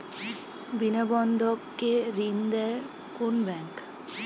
বিনা বন্ধক কে ঋণ দেয় কোন ব্যাংক?